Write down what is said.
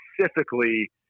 specifically